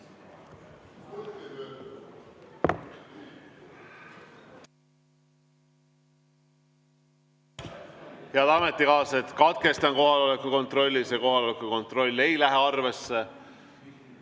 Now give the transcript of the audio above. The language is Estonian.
Head ametikaaslased, katkestan kohaloleku kontrolli. See kohaloleku kontroll ei lähe arvesse.